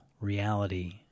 reality